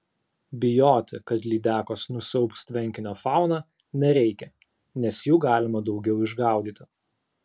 bijoti kad lydekos nusiaubs tvenkinio fauną nereikia nes jų galima daugiau išgaudyti